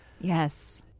Yes